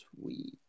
Sweet